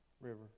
River